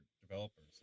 developers